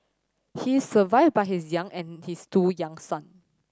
he is survived by his young and his two young son